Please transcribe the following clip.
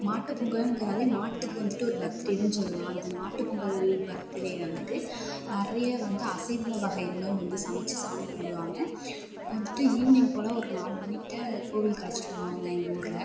மாட்டு பொங்கல்ங்கிறதே மாட்டுக்கு வந்துட்டு ஒரு பர்த் டேன்னு சொல்லலாம் அந்த மாட்டு பொங்கல் பர்த் டே வந்துட்டு நிறைய வந்து அசைவ வகை உணவு வந்து சமைச்சு சாமி கும்பிடுவாங்க அப்போ வந்துட்டு ஈவினிங் போல் ஒரு நாலு மணி கிட்டே கோவிலுக்கு அழைச்சுட்டு போவாங்க எங்கள் ஊரில்